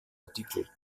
artikel